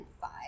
five